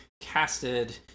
casted